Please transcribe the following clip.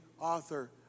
author